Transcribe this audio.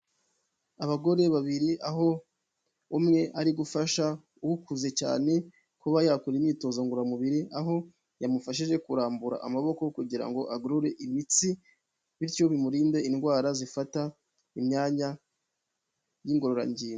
Abagore babiri aho umwe ari gufasha ukuze cyane kuba yakora imyitozo ngororamubiri aho yamufashije kurambura amaboko kugira ngo agorore imitsi bityo bimurinde indwara zifata imyanya y'ingororangingo.